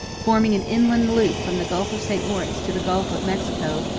forming an inland loop from the gulf of st lawrence to the gulf of mexico,